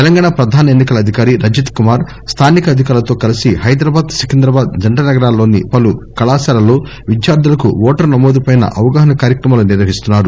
తెలంగాణ ప్రధాన ఎన్ని కల అధికారి రజత్కుమార్ స్లానిక అధికారులతో కలసి హైదరాబాద్ సికింద్రాబాద్ జంట నగరాల్లోని పలు కళాశాలల్లో విద్యార్లులకు ఓటరు నమోదుపై అవగాహన కార్యక్రమాలు నిర్వహిస్తున్నారు